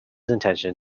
intention